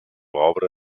obra